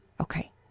Okay